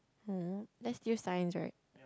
that's still science right